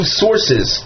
sources